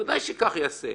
ודאי שכך ייעשה.